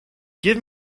give